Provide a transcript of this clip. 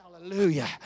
Hallelujah